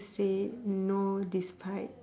say no despite